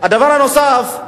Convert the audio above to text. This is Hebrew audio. הדבר הנוסף,